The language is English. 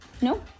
No